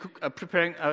preparing